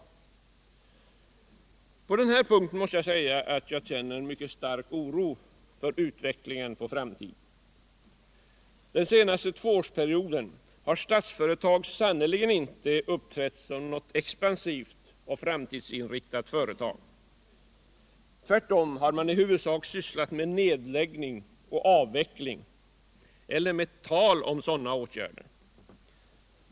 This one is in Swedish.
På denna punkt måste jag säga utt jag känner en stark oro för utvecklingen i framtiden. Under den senaste tvåårsperioden har Statsföretag sannerligen inte uppträtt som något expansivt och framtidsinriktat företag. Tvärtom har man i huvudsak sysslat med nedläggning och avveckling eller med tal om detta.